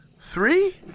Three